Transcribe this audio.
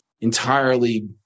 entirely